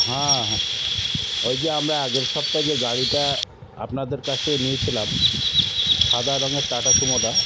হাঁ ওই যে আমরা আগের সপ্তাহে যে গাড়িটা আপনাদের কাছ থেকে নিয়েছিলাম সাদা রঙের টাটা সুমোটা